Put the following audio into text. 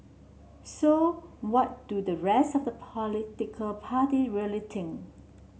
so what do the rest of the political party really think